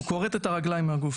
הוא כורת את הרגליים מהגוף.